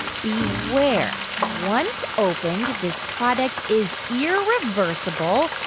beware, once opened, this product is irreversible,